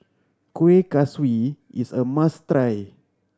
Kuih Kaswi is a must try